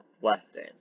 Western